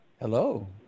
Hello